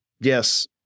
Yes